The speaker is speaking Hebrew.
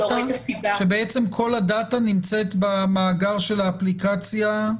וזאת הסיבה שכל הדאטה נמצאת במאגר של האפליקציה?